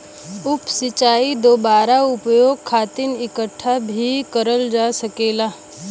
उप सिंचाई दुबारा उपयोग खातिर इकठ्ठा भी करल जा सकेला